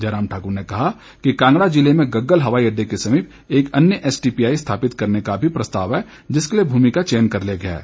जयराम ठाकुर ने कहा कि कांगड़ा जिले में गग्गल हवाई अड्डे के समीप एक अन्य एसटीपीआई स्थापित करने का भी प्रसताव है जिसके लिए भूमि का चयन कर लिया गया है